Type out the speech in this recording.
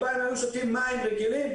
אם פעם היו שותים מים רגילים,